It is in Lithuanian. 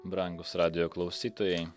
brangūs radijo klausytojai